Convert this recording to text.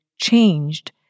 changed